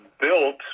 built